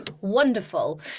wonderful